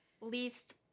least